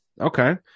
Okay